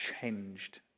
changed